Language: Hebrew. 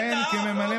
אתה,